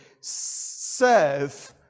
serve